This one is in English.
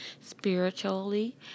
spiritually